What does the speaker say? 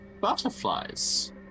butterflies